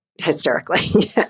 hysterically